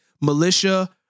militia